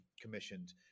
commissioned